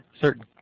certain